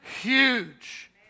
huge